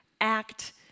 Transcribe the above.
act